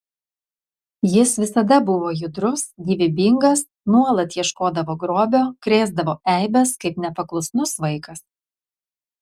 jis visada buvo judrus gyvybingas nuolat ieškodavo grobio krėsdavo eibes kaip nepaklusnus vaikas